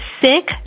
sick